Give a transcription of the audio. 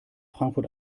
frankfurt